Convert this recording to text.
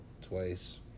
twice